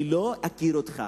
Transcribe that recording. אני לא אכיר אותך.